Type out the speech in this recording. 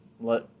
let